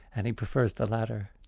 and he prefers the latter.